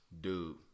Dude